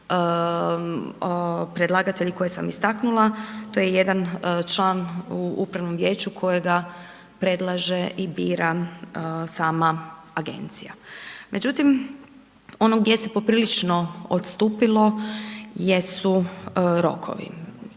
predlagatelji koje sam istaknula, to je jedan član u upravnom vijeću kojega predlaže i bira sama Agencija. Međutim, ono gdje se poprilično odstupilo jesu rokovi.